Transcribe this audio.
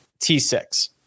T6